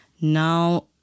Now